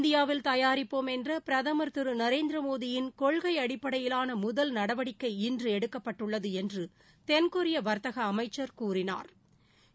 இந்தியாவில் தயாரிப்போம் என்ற பிரதமர் திரு நரேந்திரமோடியின் கொள்கை அடிப்படையிலான முதல் நடவடிக்கை இன்று எடுக்கப்பட்டுள்ளது என்று தென்கொரிய வா்த்தக அமைச்சா் கூறினாா்